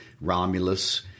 Romulus